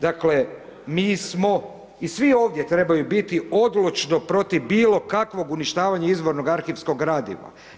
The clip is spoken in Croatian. Dakle, mi smo i svi ovdje trebaju biti odlučno protiv bilo kakvog uništavanja izvornog arhivskog gradiva.